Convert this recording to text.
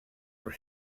for